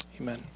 amen